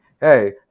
hey